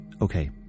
Okay